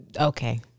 Okay